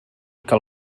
que